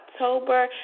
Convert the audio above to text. october